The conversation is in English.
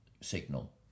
signal